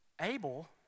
Abel